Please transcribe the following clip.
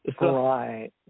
Right